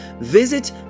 Visit